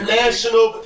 national